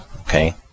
okay